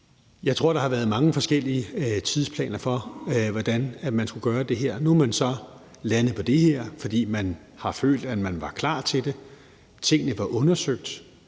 Jeg tror, der har været mange forskellige tidsplaner for, hvordan man skulle gøre det her. Nu er man så landet på det her, fordi man har følt, at man var klar til det. Tingene var undersøgt,